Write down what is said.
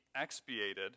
expiated